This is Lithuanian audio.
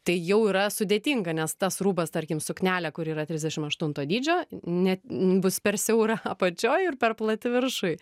tai jau yra sudėtinga nes tas rūbas tarkim suknelė kuri yra trisdešimt aštunto dydžio net bus per siaura apačioj ir per plati viršuj